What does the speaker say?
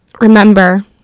remember